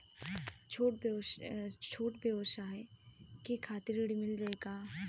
छोट ब्योसाय के खातिर ऋण मिल जाए का?